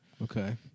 Okay